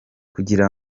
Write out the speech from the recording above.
kugira